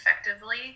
effectively